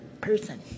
person